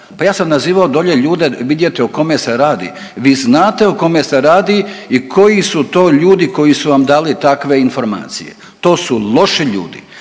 Pa ja sam nazivao dolje ljude vidjeti o kome se radi, vi znate o kome se radi i koji su to ljudi koji su vam dali takve informacije. To su loši ljudi,